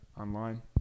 online